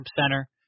center